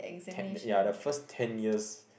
ten ya the first ten years